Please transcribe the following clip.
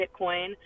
Bitcoin